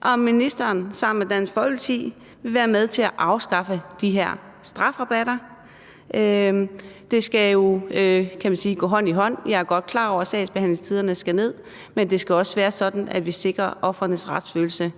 om ministeren sammen med Dansk Folkeparti vil være med til at afskaffe de her strafrabatter, og det skal jo, kan man sige, gå hånd i hånd. Jeg er godt klar over, at sagsbehandlingstiderne skal ned, men det skal også være sådan, at vi sikrer ofrenes retsfølelse.